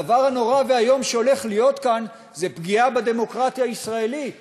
הדבר הנורא-ואיום שהולך להיות כאן זה פגיעה בדמוקרטיה הישראלית,